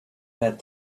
that